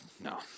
No